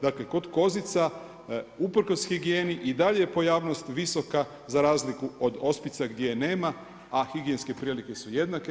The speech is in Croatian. Dakle, kod kozica usprkos higijeni i dalje je pojavnost visoka za razliku od ospica gdje je nema, a higijenske prilike su jednake.